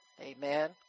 Amen